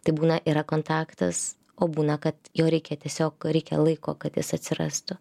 tai būna yra kontaktas o būna kad jo reikia tiesiog reikia laiko kad jis atsirastų